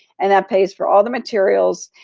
and that pays for all the materials.